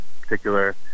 particular